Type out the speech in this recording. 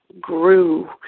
grew